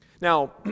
Now